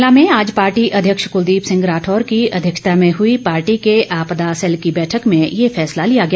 शिमला में आज पार्टी अध्यक्ष कुलदीप सिंह राठौर की अध्यक्षता में हुई पार्टी के आपदा सैल की बैठक में ये फैसला लिया गया